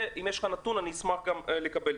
אם יש נתון אני אשמח לקבל.